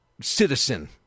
citizen